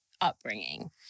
upbringing